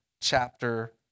chapter